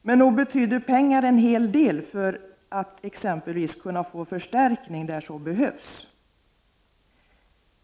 Men nog betyder pengar en hel del för att man exempelvis skall kunna få förstärkning där så behövs.